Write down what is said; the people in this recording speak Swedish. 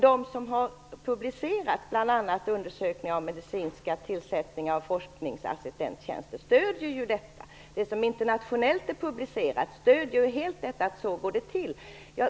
Det som har publicerats internationellt, bl.a. undersökningar om tillsättning av forskningsassistentstjänster inom medicin, stöder detta att så går det till.